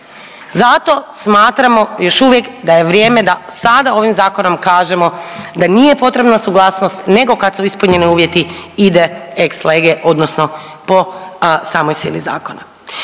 Zato smatramo još uvijek da je vrijeme da sada ovim zakonom kažemo da nije potrebna suglasnost nego kad su ispunjeni uvjeti ide ex lege odnosno po samoj sili zakona.